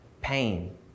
pain